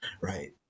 right